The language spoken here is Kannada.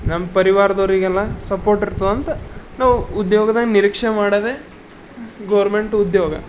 ನಮ್ಮ ಪರಿವಾರದೋರಿಗೆಲ್ಲ ಸಪೋರ್ಟ್ ಇರ್ತದಂತ ನಾವು ಉದ್ಯೋಗದಾಗ ನಿರೀಕ್ಷೆ ಮಾಡದೇ ಗೌರ್ಮೆಂಟ್ ಉದ್ಯೋಗ